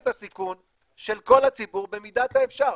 את הסיכון של כל הציבור במידת האפשר.